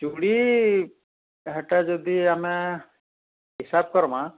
ଚୁଡ଼ି ସେଟା ଯଦି ଆମେ ହିସାବ କରମା